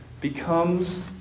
becomes